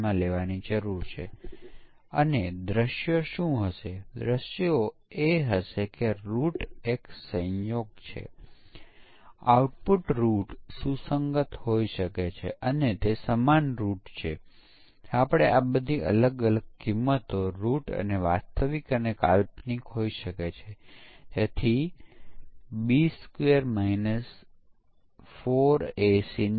DDT જીવાતને કાઢી નાખશે તેમાંના મોટા ભાગના મરી જશે આવશે પરંતુ 20 30 ટકા ટકી શકે છે અને પછી તમે આગલા વખતે કપાસનો પાક રોપશો અને પછી તમને લાગે છે કે ફરીથી જીવાત ત્યાં છે તેથી તમે DDTનો છંટકાવ કરવાનો પ્રયાસ કરો પરંતુ તે હવે કામ કરતું નથી